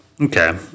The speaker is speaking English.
okay